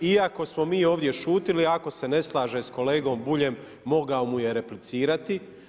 Iako smo mi ovdje šutili ako se ne slaže s kolegom Buljem mogao mu je replicirati.